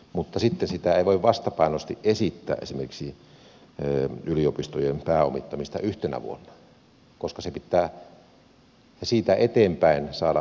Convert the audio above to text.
mutta sitten ei voi vastapainoisesti esittää esimerkiksi yliopistojen pääomittamista yhtenä vuonna koska pitää siitä eteenpäin saada se säästö että saadaan tasapaino säilytettyä